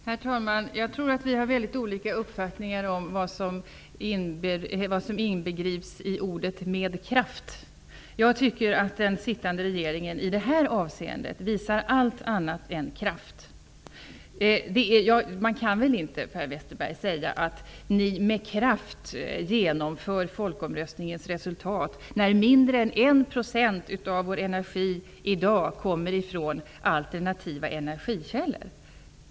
Herr talman! Jag tror att vi har mycket olika uppfattningar om vad som inbegrips i uttrycket ''med kraft''. Jag tycker att den sittande regeringen, i det här avseendet, visar allt annat än kraft. Man kan väl inte, Per Westerberg, säga att ni med kraft genomför folkomröstningens resultat när mindre än en procent av vår energi i dag kommer från alternativa energikällor.